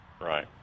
Right